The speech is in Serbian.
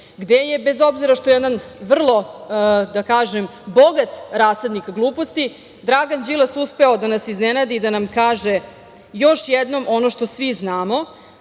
gde je bez obzira što je jedan vrlo, da kažem, bogat rasadnik gluposti Dragan Đilas uspeo da nas iznenadi i da nam kaže još jednom ono što svi znamo,